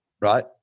right